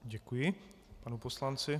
Děkuji panu poslanci.